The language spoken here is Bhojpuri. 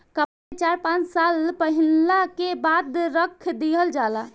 कपड़ा के चार पाँच साल पहिनला के बाद रख दिहल जाला